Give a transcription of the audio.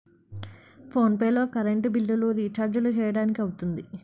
phone pay లో current బిల్లులు, రిచార్జీలు చేయడానికి అవుతుంది